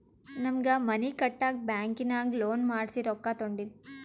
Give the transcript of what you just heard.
ನಮ್ಮ್ಗ್ ಮನಿ ಕಟ್ಟಾಕ್ ಬ್ಯಾಂಕಿನಾಗ ಲೋನ್ ಮಾಡ್ಸಿ ರೊಕ್ಕಾ ತೊಂಡಿವಿ